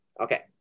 Okay